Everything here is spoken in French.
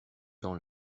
dans